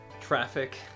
traffic